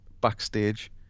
backstage